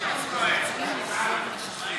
"ובא לציון גואל".